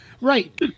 Right